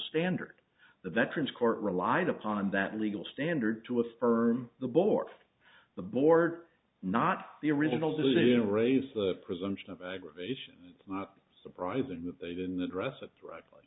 standard the veterans court relied upon that legal standard to affirm the board the board not the originals to say to raise the presumption of aggravation it's not surprising that they didn't address it directly